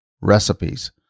recipes